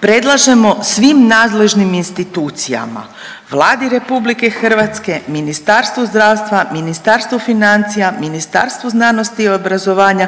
predlažemo svim nadležnim institucijama, Vladi RH, Ministarstvu zdravstva, Ministarstvu financija, Ministarstvu znanosti i obrazovanja,